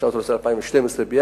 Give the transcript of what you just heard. עכשיו אתה רוצה עם 2012 ביחד.